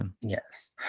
Yes